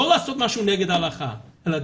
לא לעשות משהו נגד ההלכה אלא,